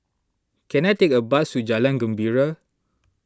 can I take a bus to Jalan Gembira